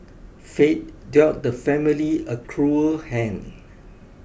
fate dealt the family a cruel hand